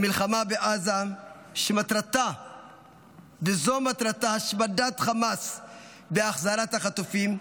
המלחמה בעזה, שמטרתה השמדת חמאס והחזרת החטופים,